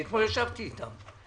אתמול ישבתי אתם.